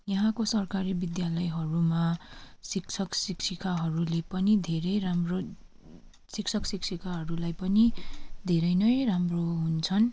यहाँको सरकारी विद्यालयहरूमा शिक्षक शिक्षिकाहरूले पनि धेरै राम्रो शिक्षक शिक्षिकाहरूलाई पनि धेरै नै राम्रो हुन्छन्